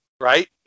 right